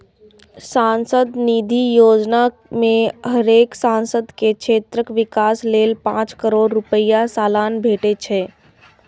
सांसद निधि योजना मे हरेक सांसद के क्षेत्रक विकास लेल पांच करोड़ रुपैया सलाना भेटे छै